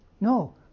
No